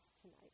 tonight